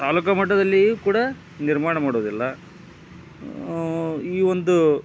ತಾಲೂಕು ಮಟ್ಟದಲ್ಲಿಯೂ ಕೂಡ ನಿರ್ಮಾಣ ಮಾಡುವುದಿಲ್ಲ ಈ ಒಂದು